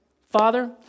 Father